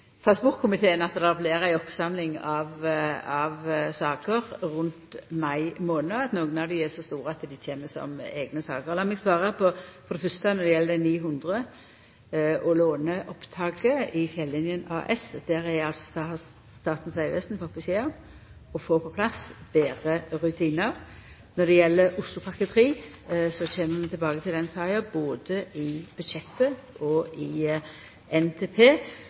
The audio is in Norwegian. transportkomiteen at det blir ei oppsamling av saker rundt mai månad. Nokre er så store at dei kjem som eigne saker. Lat meg for det fyrste svara når det gjeld dei 900 mill. kr og låneopptaket i Fjellinjen AS. Der har Statens vegvesen fått beskjed om å få på plass betre rutinar. Når det gjeld Oslopakke 3, kjem vi tilbake til den saka både i budsjettet og i NTP.